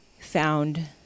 found